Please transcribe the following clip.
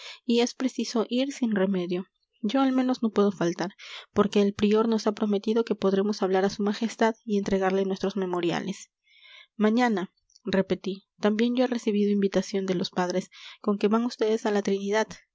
y es preciso ir sin remedio yo al menos no puedo faltar porque el prior nos ha prometido que podremos hablar a su majestad y entregarle nuestros memoriales mañana repetí también yo he recibido invitación de los padres con que van ustedes a la trinidad